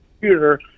computer